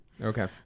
Okay